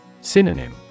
Synonym